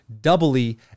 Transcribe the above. doubly